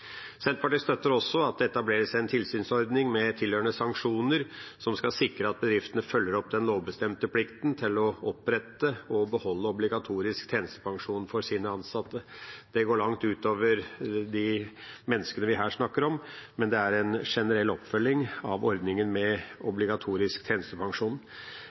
Senterpartiet støtter også at det etableres en tilsynsordning med tilhørende sanksjoner som skal sikre at bedriftene følger opp den lovbestemte plikten til å opprette og beholde obligatorisk tjenestepensjon for sine ansatte. Det går langt utover de menneskene vi her snakker om, men det er en generell oppfølging av ordningen med obligatorisk tjenestepensjon.